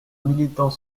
militant